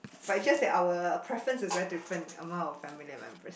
but is just that our preference is very different among our family members